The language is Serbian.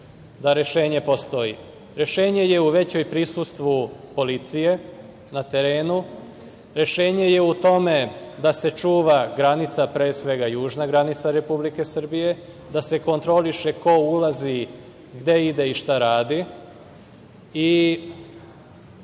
da rešenje postoji. Rešenje je u većem prisustvu policije na terenu. Rešenje je u tome da se čuva granica, pre svega južna granica Republike Srbije, da se kontroliše ko ulazi, gde ide i šta radi.U